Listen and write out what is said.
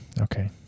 Okay